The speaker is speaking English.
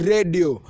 Radio